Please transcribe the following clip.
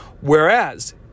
whereas